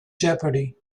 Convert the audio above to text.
jeopardy